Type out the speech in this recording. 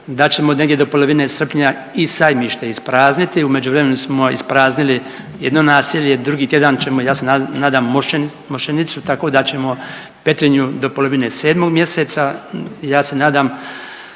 da ćemo negdje do polovine srpnja i Sajmište isprazniti. U međuvremenu smo ispraznili jedno naselje, drugi tjedan ćemo ja se nadam Mošćenicu tako da ćemo Petrinju do polovine 7. mjeseca. Ja se nadam,